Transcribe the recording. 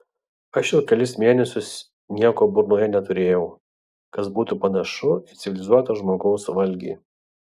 aš jau kelis mėnesius nieko burnoje neturėjau kas būtų panašu į civilizuoto žmogaus valgį